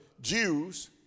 Jews